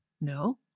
no